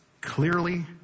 clearly